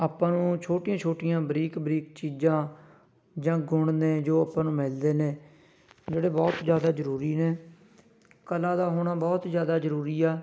ਆਪਾਂ ਨੂੰ ਛੋਟੀਆਂ ਛੋਟੀਆਂ ਬਰੀਕ ਬਰੀਕ ਚੀਜ਼ਾਂ ਜਾਂ ਗੁਣ ਨੇ ਜੋ ਆਪਾਂ ਨੂੰ ਮਿਲਦੇ ਨੇ ਜਿਹੜੇ ਬਹੁਤ ਜ਼ਿਆਦਾ ਜ਼ਰੂਰੀ ਨੇ ਕਲਾ ਦਾ ਹੋਣਾ ਬਹੁਤ ਜ਼ਿਆਦਾ ਜ਼ਰੂਰੀ ਆ